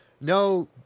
no